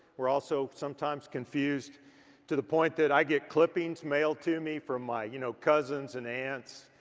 we're also sometimes confused to the point that i get clippings mailed to me from my you know cousins and aunts.